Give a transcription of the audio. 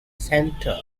center